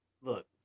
Look